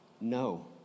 No